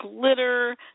glitter